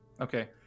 Okay